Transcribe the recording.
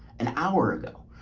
an hour ago.